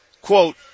quote